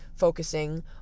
Focusing